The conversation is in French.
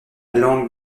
langue